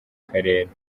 karere